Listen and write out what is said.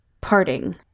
parting